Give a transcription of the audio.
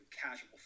casual